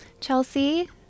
Chelsea